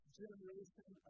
generation